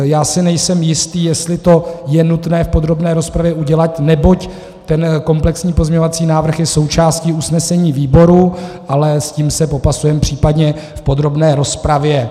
Já si nejsem jistý, jestli to je nutné v podrobné rozpravě udělat, neboť ten komplexní pozměňovací návrh je součástí usnesení výboru, ale s tím se popasujeme případně v podrobné rozpravě.